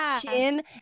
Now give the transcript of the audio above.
chin